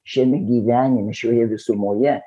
šiame gyvenime šioje visumoje